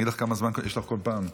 אני אגיד לך כמה זמן יש לך בכל פעם,